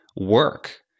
work